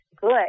good